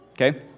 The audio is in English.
okay